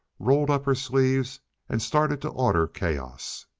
rolled up her sleeves and started to order chaos.